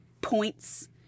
points